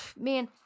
man